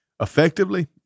effectively